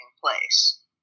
place